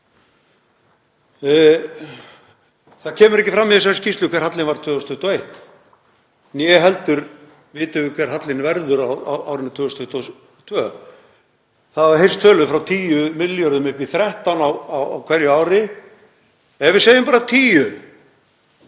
Það kemur ekki fram í þessari skýrslu hver hallinn var 2021 né heldur vitum við hver hallinn verður á árinu 2022. Það hafa heyrst tölur frá 10 milljörðum upp í 13 á hverju ári, segjum bara 10